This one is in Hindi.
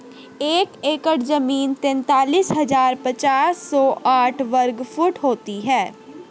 एक एकड़ जमीन तैंतालीस हजार पांच सौ साठ वर्ग फुट होती है